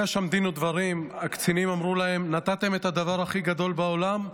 היה שם דין ודברים הקצינים אמרו להם: נתתם את הדבר הכי גדול בעולם,